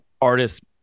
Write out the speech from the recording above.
artists